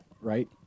Right